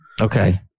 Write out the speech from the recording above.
Okay